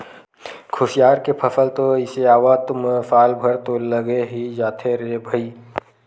खुसियार के फसल तो अइसे आवत म साल भर तो लगे ही जाथे रे भई